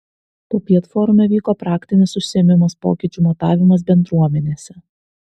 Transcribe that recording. popiet forume vyko praktinis užsiėmimas pokyčių matavimas bendruomenėse